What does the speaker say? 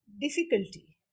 difficulty